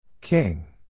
King